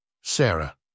Sarah